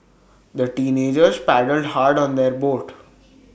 the teenagers paddled hard on their boat